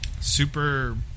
Super